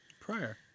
prior